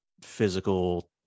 physical